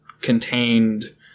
contained